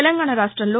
తెలంగాణా రాష్ట్రంలో